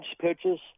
pitches